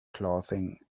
clothing